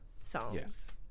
songs